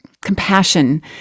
compassion